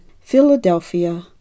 Philadelphia